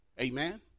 Amen